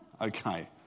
Okay